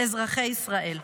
אזרחי ישראל.